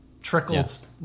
trickles